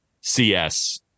CS